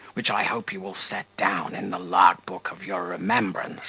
which i hope you will set down in the log-book of your remembrance,